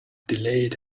delayed